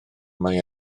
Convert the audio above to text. mae